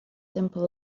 simple